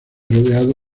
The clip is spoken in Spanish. rodeado